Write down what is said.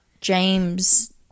James